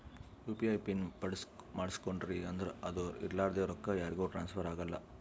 you P I pin ಮಾಡುಸ್ಕೊಂಡ್ರಿ ಅಂದುರ್ ಅದು ಇರ್ಲಾರ್ದೆ ರೊಕ್ಕಾ ಯಾರಿಗೂ ಟ್ರಾನ್ಸ್ಫರ್ ಆಗಲ್ಲಾ